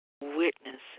witnesses